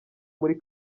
muri